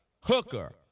hooker